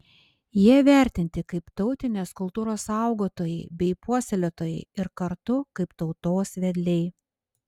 jie vertinti kaip tautinės kultūros saugotojai bei puoselėtojai ir kartu kaip tautos vedliai